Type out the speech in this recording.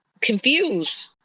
confused